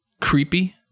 creepy